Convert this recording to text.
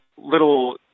little